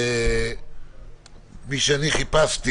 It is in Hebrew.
אני חיפשתי